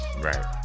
right